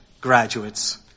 graduates